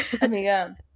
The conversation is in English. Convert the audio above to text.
Amiga